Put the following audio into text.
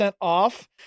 off